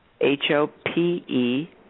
h-o-p-e